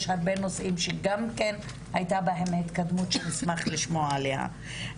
יש הרבה נושאים שגם כן הייתה בהם התקדמות ונשמח לשמוע עליה.